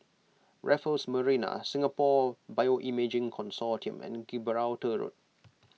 Raffles Marina Singapore Bioimaging Consortium and Gibraltar Road